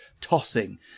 tossing